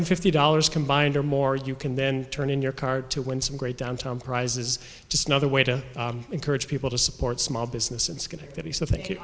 fifty dollars combined or more you can then turn in your card to win some great downtown prizes just another way to encourage people to support small business in schenectady so thank you